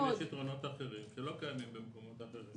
לבנקים יש יתרונות אחרים שלא קיימים במקומות אחרים.